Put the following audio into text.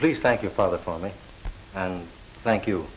please thank you father for me and thank you